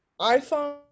iPhone